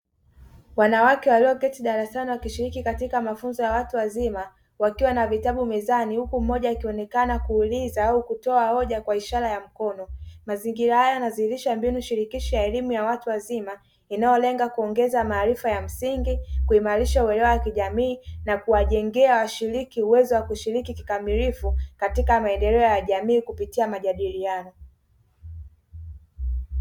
Wanawake walioketi darasani wakishiriki katika mafunzo ya watu wazima, wakiwa na vitabu mezani huku mmoja akionekana kuuliza au kutoa hoja kwa ishara ya mkono. Mazingira haya yanadhihirisha mbinu shirikishi ya elimu ya watu wazima; inayolenga kuongeza maarifa ya msingi, kuimarisha uelewesha kijamii na kuwajengea washiriki uwezo wa kushiriki kikamilifu katika maendeleo ya jamii kupitia majadiliano.